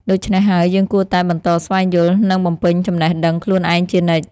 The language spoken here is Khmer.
ដូច្នេះហើយ យើងគួរតែបន្តស្វែងយល់ និងបំពេញចំណេះដឹងខ្លួនឯងជានិច្ច។